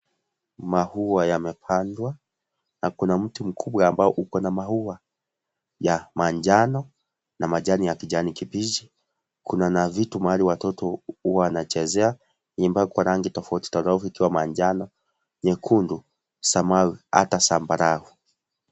Maua yamepandwa na kuna mti mkubwa ambao uko na maua ya manjano na majani ya kijanikibichi kuna vitu mahali watoto wanachezea imepakwa rangi tofautitofauti, ikiwa manjano nyekundu samawi hata zambarau.